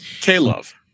K-Love